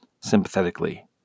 sympathetically